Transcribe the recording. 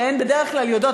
שבדרך כלל יודעות,